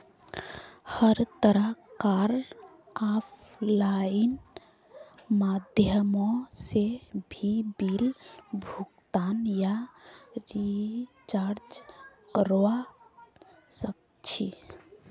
हर तरह कार आफलाइन माध्यमों से भी बिल भुगतान या रीचार्ज करवा सक्छी